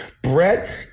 Brett